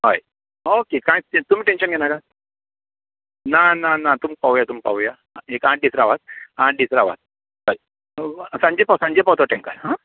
हय ओके कांयच तुमी टेंशन घेवनाका ना ना ना तुमी पावोया तुमी पावोया एक आठ दीस रावात आठ दीस रावात हय सांजे पाव सांजे पावतलो टेंकर हय आं